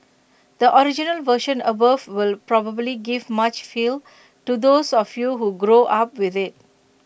the original version above will probably give much feels to those of you who grow up with IT